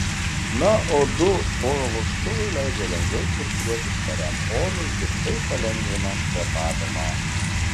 na o du oro vožtuvai leidžia lengviau cirkuliuoti švariam orui ir taip palengvina kvėpavimą